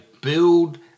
build